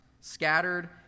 scattered